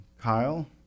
Kyle